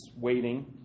waiting